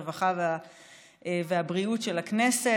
הרווחה והבריאות של הכנסת,